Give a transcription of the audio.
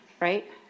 right